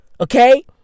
okay